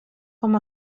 com